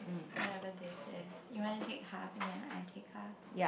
whatever this is you want to take half and then I take half